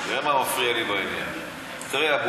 תראה מה מפריע לי בעניין: תראה,